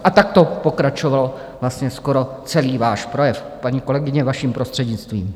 A takto pokračoval vlastně skoro celý váš projev, paní kolegyně, vaším prostřednictvím.